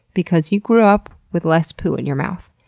because you grew up with less poo in your mouth.